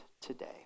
today